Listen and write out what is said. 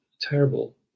terrible